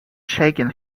shaken